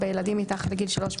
בילדים מתחת לגיל שלוש,